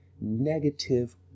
negative